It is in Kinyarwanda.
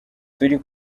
turi